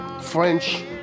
French